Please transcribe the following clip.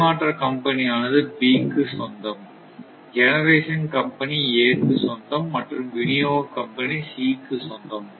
பரிமாற்ற கம்பெனி ஆனது B க்கு சொந்தம் ஜெனரேஷன் கம்பெனி A க்கு சொந்தம் மற்றும் விநியோக கம்பெனி C க்கு சொந்தம்